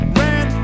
ran